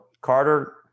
Carter